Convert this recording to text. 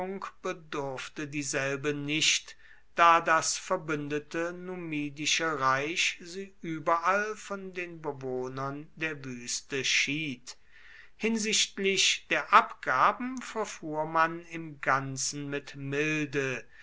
bedurfte dieselbe nicht da das verbündete numidische reich sie überall von den bewohnern der wüste schied hinsichtlich der abgaben verfuhr man im ganzen mit milde